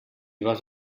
vas